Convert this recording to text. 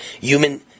Human